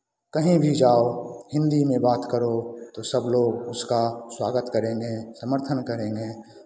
कहीं भी जाओ हिन्दी में बात करो तो सब लोग उसका स्वागत करेंगे समर्थन करेंगे